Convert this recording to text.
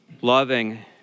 Loving